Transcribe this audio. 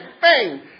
bang